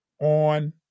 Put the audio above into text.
on